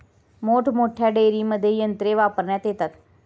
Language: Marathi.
मोठमोठ्या डेअरींमध्ये यंत्रे वापरण्यात येतात